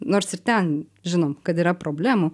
nors ir ten žinom kad yra problemų